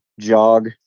jog